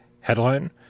headline